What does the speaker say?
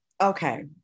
Okay